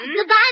Goodbye